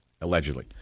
allegedly